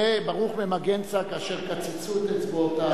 זה ברוך ממגנצא כאשר קצצו את אצבעותיו.